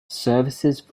services